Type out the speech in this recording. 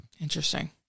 Interesting